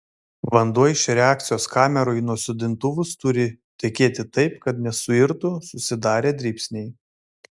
vanduo iš reakcijos kamerų į nusodintuvus turi tekėti taip kad nesuirtų susidarę dribsniai